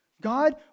God